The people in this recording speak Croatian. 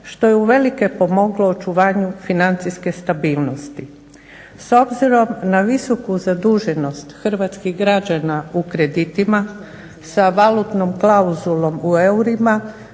što je uvelike pomoglo očuvanju financijske stabilnosti. S obzirom na visoku zaduženost hrvatskih građana u kreditima, sa valutnom klauzulom u eurima,